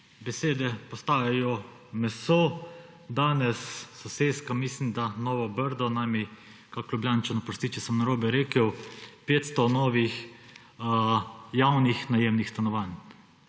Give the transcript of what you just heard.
Besede postajajo meso. Danes soseska, mislim da, Novo Brdo, naj mi kak Ljubljančan oprosti, če sem narobe rekel – 500 novih javnih najemnih stanovanj.